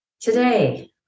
Today